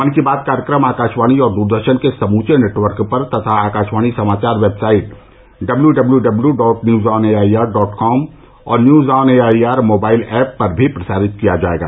मन की बात कार्यक्रम आकाशवाणी और द्रदर्शन के समुचे नेटवर्क पर तथा अकाशवाणी समाचार website W W W dot news on AIR dot com और news on AIR mobile app पर भी प्रसारित किया जाएगा